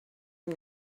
you